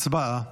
הצבעה.